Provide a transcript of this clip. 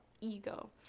Ego